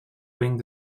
wing